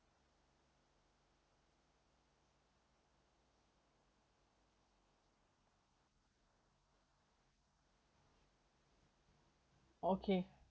okay